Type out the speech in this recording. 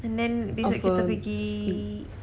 and then besok kita pergi